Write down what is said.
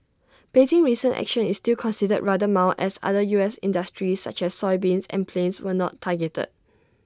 Beijing's recent action is still considered rather mild as other U S industries such as soybeans and planes were not targeted